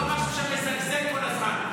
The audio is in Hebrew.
לא משהו שמזגזג כל הזמן.